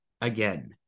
again